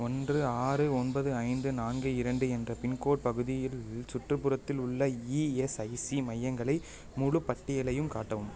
ஒன்று ஆறு ஒன்பது ஐந்து நான்கு இரண்டு என்ற பின்கோட் பகுதியில் சுற்றுப்புறத்தில் உள்ள இஎஸ்ஐசி மையங்களை முழு பட்டியலையும் காட்டவும்